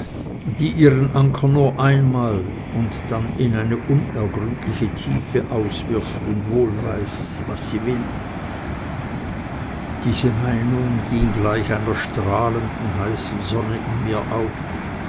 die ihren anker nur einmal und dann in eine unergründliche tiefe auswirft und wohl weiß was sie will diese meinung ging gleich einer strahlenden heißen sonne in mir auf